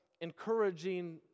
encouraging